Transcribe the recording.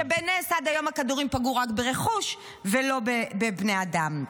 שבנס עד היום הכדורים פגעו רק ברכוש ולא בבני אדם.